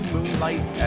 Moonlight